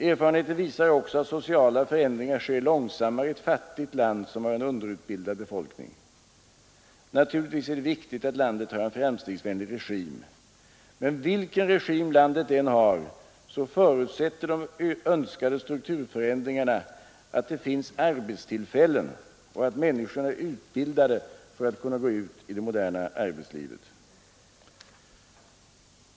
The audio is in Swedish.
Erfarenheten visar också att sociala förändringar sker långsammare i ett fattigt land som har en underutbildad befolkning. Naturligtvis är det viktigt att landet har en framstegsvänlig regim. Men vilken regim landet än har så förutsätter de önskade strukturförändringarna att det finns arbetstillfällen och att människorna är utbildade för att kunna gå ut i det moderna arbetslivet.